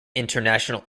international